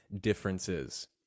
differences